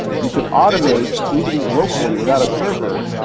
you could automate even locally, without a server,